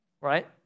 right